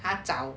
还早